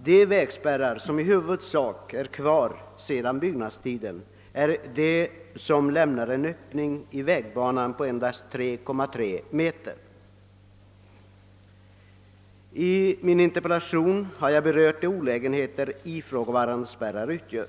De vägspärrar som i huvudsak är kvar sedan byggnadstiden är de som lämnar en öppning i vägbanan på endast 3,3 meter. I min interpellation har jag berört de olägenheter som ifrågavarande spärrar utgör.